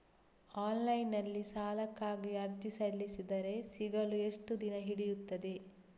Online ನಲ್ಲಿ ಸಾಲಕ್ಕಾಗಿ ಅರ್ಜಿ ಸಲ್ಲಿಸಿದರೆ ಸಿಗಲು ಎಷ್ಟು ದಿನ ಹಿಡಿಯುತ್ತದೆ?